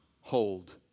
hold